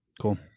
Cool